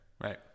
right